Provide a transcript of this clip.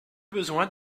besoin